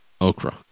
Okra